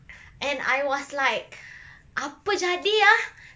and I was like apa jadi ah